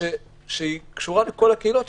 אזרחית שקשורה לכל הקהילות,